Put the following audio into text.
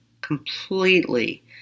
completely